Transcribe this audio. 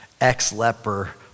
ex-leper